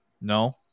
No